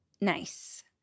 nice